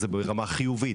זה ברמה חיובית.